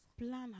plan